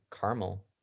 caramel